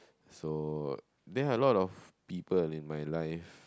so there are a lot of people in my life